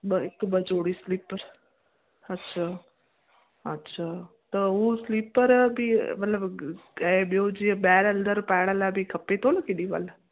ॿ हिक ॿ जोड़ी स्लीपर अच्छा अच्छा त हू स्लीपर बि मतिलब ऐं ॿियो जीअं ॿाहिरि अंदरि पायण लाइ बि खपे थो न केॾीमहिल